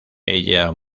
ella